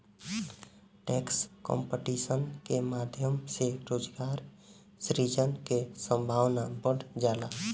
tax competition के माध्यम से रोजगार सृजन के संभावना बढ़ जाला